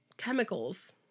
chemicals